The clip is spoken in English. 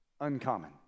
Uncommon